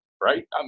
right